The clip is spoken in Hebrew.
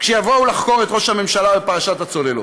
כשיבואו לחקור את ראש הממשלה בפרשת הצוללות?